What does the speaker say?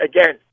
again—